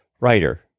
writer